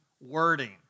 wording